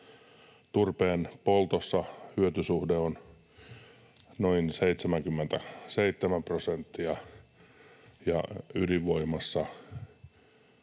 Turpeenpoltossa hyötysuhde on noin 77 prosenttia ja ydinvoimassa